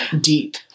Deep